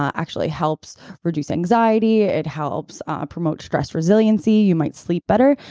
actually helps reduce anxiety, it helps ah promote stress resiliency, you might sleep better.